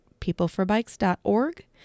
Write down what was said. peopleforbikes.org